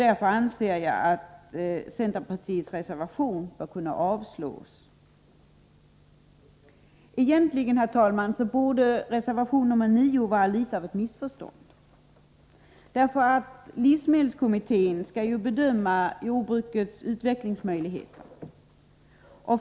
Därför anser jag att centerpartiets reservation bör avslås. Egentligen, herr talman, är reservation nr 9 litet av ett missförstånd. Det är livsmedelskommittén som skall bedöma jordbrukets utvecklingsmöjligheter.